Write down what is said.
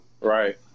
Right